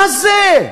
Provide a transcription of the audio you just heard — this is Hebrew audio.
מה זה?